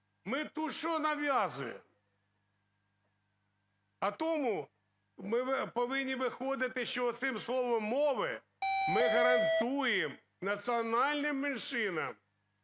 Ми тут що нав'язуємо? А тому ми повинні виходити, що оцим словом "мови" ми гарантуємо національним